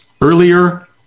earlier